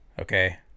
okay